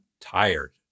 tired